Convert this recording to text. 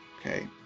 okay